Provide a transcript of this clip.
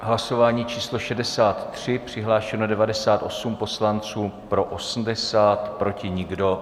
Hlasování číslo 63, přihlášeno 98 poslanců, pro 80, proti nikdo.